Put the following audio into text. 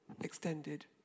extended